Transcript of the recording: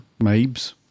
Mabes